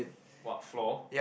what floor